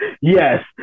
Yes